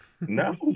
No